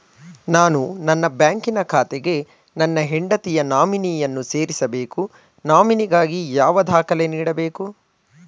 ನಾನು ನನ್ನ ಬ್ಯಾಂಕಿನ ಖಾತೆಗೆ ನನ್ನ ಹೆಂಡತಿಯ ನಾಮಿನಿಯನ್ನು ಸೇರಿಸಬೇಕು ನಾಮಿನಿಗಾಗಿ ಯಾವ ದಾಖಲೆ ನೀಡಬೇಕು?